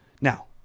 Now